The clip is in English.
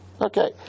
Okay